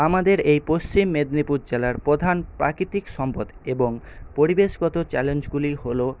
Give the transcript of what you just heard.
আমাদের এই পশ্চিম মেদিনীপুর জেলার প্রধান প্রাকৃতিক সম্পদ এবং পরিবেশগত চ্যালেঞ্জগুলি হল